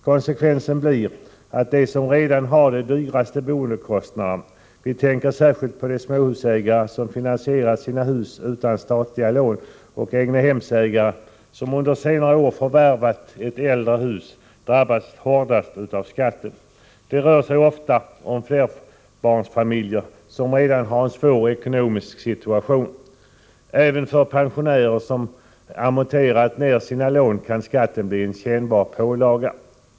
Konsekvensen blir att de som redan har de högsta boendekostnaderna — vi tänker särskilt på småhusägare som finansierat sina hus utan statliga lån och egnahemsägare som under senare år förvärvat ett äldre hus — drabbas hårdast av skatten. Det rör sig ofta om flerbarnsfamiljer som redan har en svår ekonomisk situation. Även för pensionärer som amorterat ned sina lån kan skatten bli en kännbar pålaga.